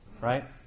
right